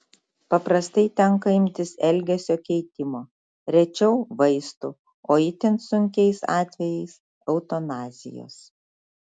paprastai tenka imtis elgesio keitimo rečiau vaistų o itin sunkiais atvejais eutanazijos